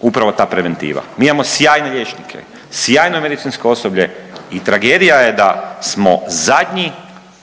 upravo ta preventiva. Mi imamo sjajne liječnike, sjajno medicinsko osoblje i tragedija da smo zadnji,